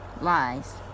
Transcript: lies